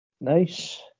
Nice